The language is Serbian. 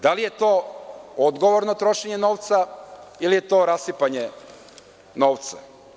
Da li je to odgovorno trošenje novca ili je to rasipanje novca?